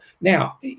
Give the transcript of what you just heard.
now